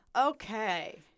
Okay